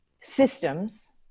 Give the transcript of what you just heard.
systems